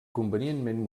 convenientment